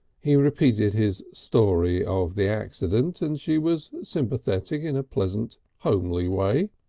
he repeated his story of the accident, and she was sympathetic in a pleasant homely way.